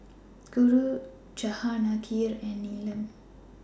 Guru Jahangir and Neelam